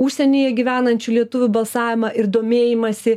užsienyje gyvenančių lietuvių balsavimą ir domėjimąsi